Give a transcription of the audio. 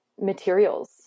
materials